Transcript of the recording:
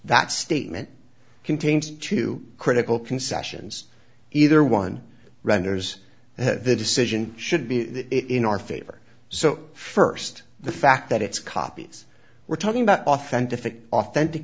that statement contains two critical concessions either one renders the decision should be in our favor so first the fact that it's copies we're talking about authentic authentic